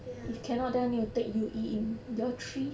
ya